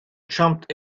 jumped